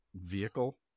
vehicle